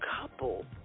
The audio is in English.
couple